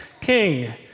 king